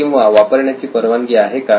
किंवा वापरण्याची परवानगी आहे का